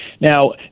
Now